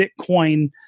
Bitcoin